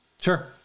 Sure